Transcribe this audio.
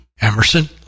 Emerson